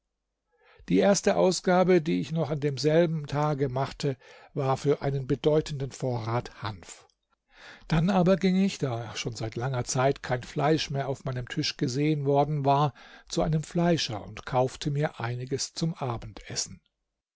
die erste ausgabe die ich noch an demselben tag machte war für einen bedeutenden vorrat hanf dann aber ging ich da schon seit langer zeit kein fleisch mehr auf meinem tisch gesehen worden war zu einem fleischer und kaufte mir einiges zum abendessen